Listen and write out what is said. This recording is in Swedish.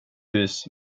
hus